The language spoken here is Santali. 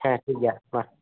ᱦᱮᱸ ᱴᱷᱤᱠᱜᱮᱭᱟ ᱢᱟ